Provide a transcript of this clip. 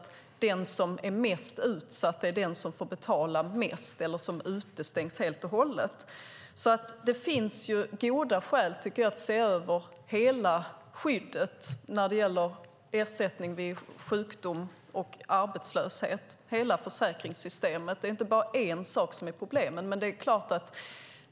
Den som är mest utsatt är den som får betala mest eller som utestängs helt och hållet. Det finns goda skäl att se över hela skyddet när det gäller ersättning vid sjukdom och arbetslöshet och hela försäkringssystemet. Det är inte bara en sak som är problemet.